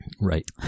Right